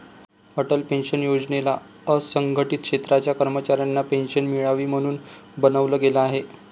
Atal pension योजनेला असंघटित क्षेत्राच्या कर्मचाऱ्यांना पेन्शन मिळावी, म्हणून बनवलं गेलं आहे